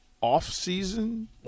off-season